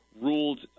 ruled